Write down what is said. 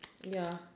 ya